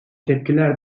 tepkiler